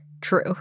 True